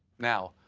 now,